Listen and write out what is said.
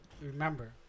Remember